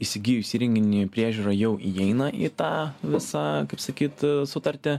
įsigijus įrenginį priežiūra jau įeina į tą visą kaip sakyt sutartį